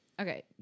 Okay